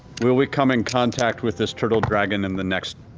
will we come in contact with this turtle dragon in the next